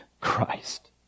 Christ